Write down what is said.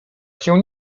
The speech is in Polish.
się